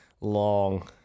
long